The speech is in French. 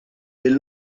des